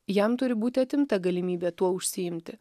jam turi būti atimta galimybė tuo užsiimti